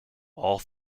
all